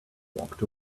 walked